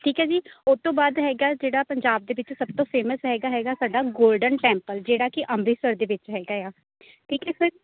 ਠੀਕ ਹੈ ਜੀ ਉਹ ਤੋਂ ਬਾਅਦ ਹੈਗਾ ਜਿਹੜਾ ਪੰਜਾਬ ਦੇ ਵਿੱਚ ਸਭ ਤੋਂ ਫੇਮਸ ਹੈਗਾ ਹੈਗਾ ਸਾਡਾ ਗੋਲਡਨ ਟੈਂਪਲ ਜਿਹੜਾ ਕਿ ਅੰਮ੍ਰਿਤਸਰ ਦੇ ਵਿੱਚ ਹੈਗਾ ਆ ਠੀਕ ਹੈ ਸਰ